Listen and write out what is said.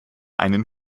einen